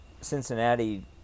Cincinnati